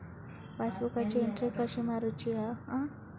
पासबुकाची एन्ट्री कशी मारुची हा?